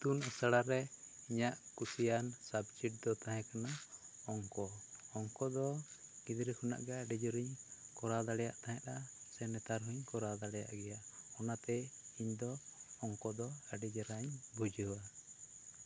ᱤᱛᱩᱱ ᱟᱥᱲᱟ ᱨᱮ ᱤᱧᱟᱹᱜ ᱠᱩᱥᱤᱭᱟᱱ ᱥᱟᱵᱡᱮᱠᱴ ᱫᱚ ᱛᱟᱦᱮᱸ ᱠᱟᱱᱟ ᱚᱝᱠᱚ ᱚᱝᱠᱚ ᱫᱚ ᱜᱤᱫᱽᱨᱟᱹ ᱠᱷᱚᱱᱟᱜ ᱜᱮ ᱟᱹᱰᱤ ᱡᱚᱨ ᱤᱧ ᱠᱚᱨᱟᱣ ᱫᱟᱲᱮᱭᱟᱜ ᱛᱟᱦᱮᱱᱟ ᱥᱮ ᱱᱮᱛᱟᱨ ᱦᱚᱧ ᱠᱚᱨᱟᱣ ᱫᱟᱲᱮᱭᱟᱜ ᱜᱤᱭᱟ ᱚᱱᱟᱛᱮ ᱤᱧ ᱫᱚ ᱚᱝᱠᱚ ᱫᱚ ᱟᱹᱰᱤ ᱪᱮᱦᱨᱟᱧ ᱵᱩᱡᱷᱟᱹᱣᱟ